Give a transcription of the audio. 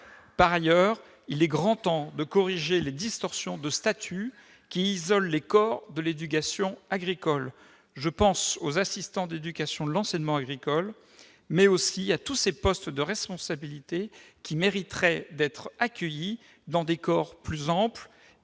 Par ailleurs, il est grand temps de corriger les distorsions de statut qui isolent les corps de l'éducation agricole. Je pense aux assistants d'éducation de l'enseignement agricole, mais aussi à tous ces postes à responsabilités qui mériteraient d'être accueillis dans des corps plus amples